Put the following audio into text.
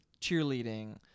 cheerleading